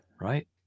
Right